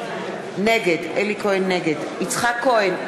נגד יצחק כהן,